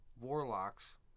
warlocks